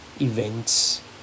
events